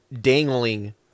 dangling